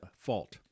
fault